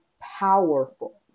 powerful